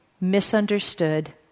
misunderstood